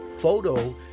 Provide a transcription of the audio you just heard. photo